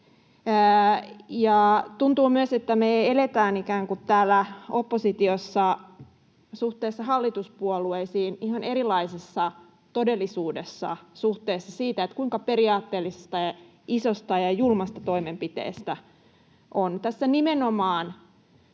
tuntuu myös, että me eletään täällä oppositiossa suhteessa hallituspuolueisiin ihan erilaisessa todellisuudessa suhteessa siihen, kuinka periaatteellisesta ja isosta ja julmasta toimenpiteestä on kyse. Tässä nimenomaan